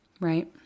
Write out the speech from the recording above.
Right